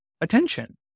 attention